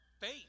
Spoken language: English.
faith